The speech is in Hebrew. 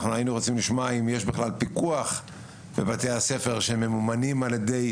אנחנו היינו רוצים לשמוע אם יש בכלל פיקוח בבתי הספר שממומנים על ידי